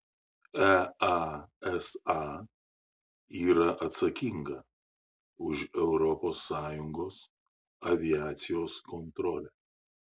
easa yra atsakinga už europos sąjungos aviacijos kontrolę